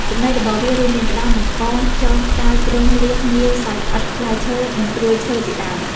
ចំណីរបស់វារួមមាន ក្តាម បង្កង ខ្យង ខ្ចៅ គ្រុំ លៀស ងាវ សត្វល្អិត ផ្លែឈើ និងត្រួយឈើជាដើម។